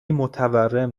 متورم